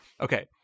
Okay